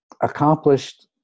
accomplished